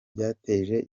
byateje